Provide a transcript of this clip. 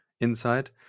inside